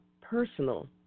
personal